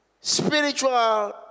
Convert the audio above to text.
spiritual